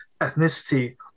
ethnicity